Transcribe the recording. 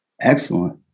excellent